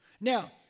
Now